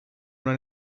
una